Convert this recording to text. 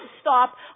stop